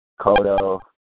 Koto